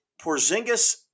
Porzingis